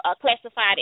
classified